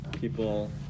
people